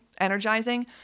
energizing